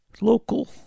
local